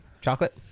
Chocolate